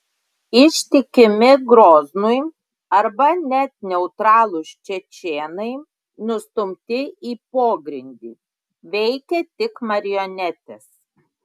ištikimi groznui arba net neutralūs čečėnai nustumti į pogrindį veikia tik marionetės